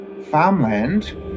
farmland